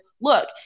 look